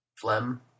phlegm